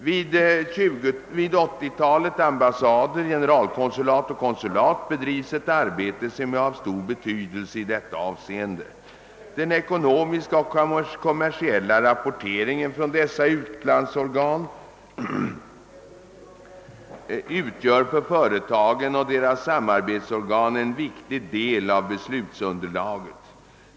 Vid 80-talet ambassader, generalkonsulat och konsulat bedrivs ett arbete som är av stor betydelse i detta avseende. Den ekonomiska och kommersiella rapporteringen från dessa utlandsorgan utgör för företagen och deras samarbetsorgan en viktig del av beslutsunderlaget.